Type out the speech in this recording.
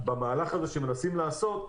במהלך שמנסים לעשות,